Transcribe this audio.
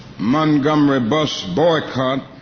montgomery bus boycott,